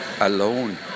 alone